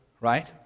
right